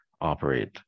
operate